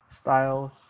styles